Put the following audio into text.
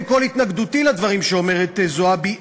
עם כל התנגדותי לדברים שאומרת זועבי,